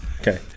Okay